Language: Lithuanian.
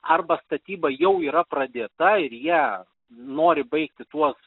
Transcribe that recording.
arba statyba jau yra pradėta ir jie nori baigti tuos